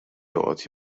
joqgħod